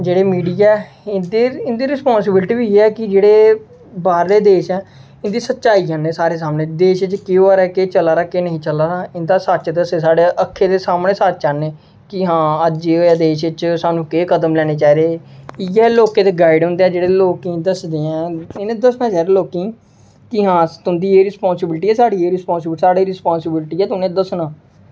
जेह्ड़े मीडिया ऐ इं'दी इं'दी रिस्पांसिबिलिटी बी इ'यै ऐ कि बाह्रले देश इं'दी सच्चाई आने साढ़े सामने देश च केह् होआ दा केह् चला दा ऐ केह् नेईं चला दा ऐ इं'दा सच्च दस्से साढ़े अक्खीं दे सामने सच्च आह्ने कि हां अज्ज एह् होया देश बिच सानूं केह् कदम लैने चाही दे इ'यै लोकें दे गाइड होंदे ऐ जेह्ड़े लोकें ई दसदे ऐं उ'नें दस्सना चाहिदा लोकें ई कि हां तुं'दी एह् रिस्पांसिबिलिटी ऐ साढ़ी रिस्पांसिबिलिटी ऐ उ'नें ई दस्सना